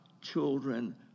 children